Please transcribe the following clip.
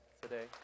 today